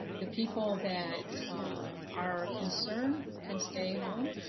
the people that are a concern can stay home